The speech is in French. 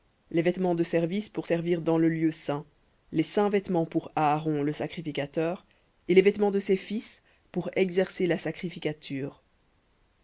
les vêtements de service pour servir dans le lieu saint les saints vêtements pour aaron le sacrificateur et les vêtements de ses fils pour exercer la sacrificature